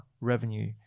revenue